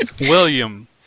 William